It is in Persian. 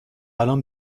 الان